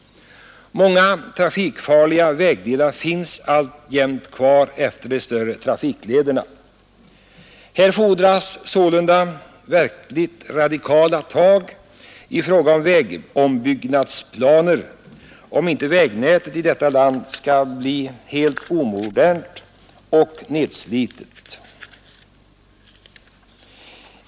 Många trafikfarliga vägdelar finns alltjämt kvar utefter de större trafiklederna. Här fordras sålunda verkligt radikala tag i fråga om vägombyggnadsplaner, om inte vägnätet i detta land skall bli helt omodernt och nedslitet.